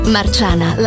Marciana